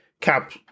cap